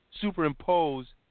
superimpose